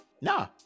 Nah